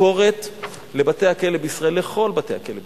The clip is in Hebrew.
ביקורת לבתי-הכלא בישראל, לכל בתי-הכלא בישראל,